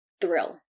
thrill